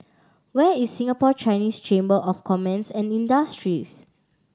where is Singapore Chinese Chamber of Commerce and Industry